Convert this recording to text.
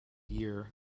year